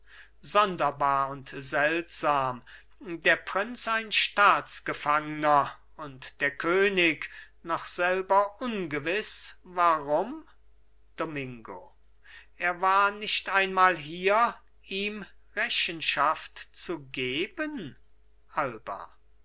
sonderbar und seltsam der prinz ein staatsgefangner und der könig noch selber ungewiß warum domingo er war nicht einmal hier ihm rechenschaft zu geben alba